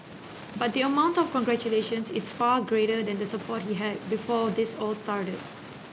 but the amount of congratulations is far greater than the support he had before this all started